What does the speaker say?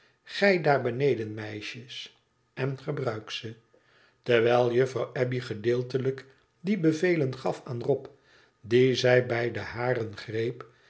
gij daar beneden meisjes en gebruikt ze terwijl juffrouw abbey gedeeltelijk die bevelen gaf aan rob dien zij bij de haren greep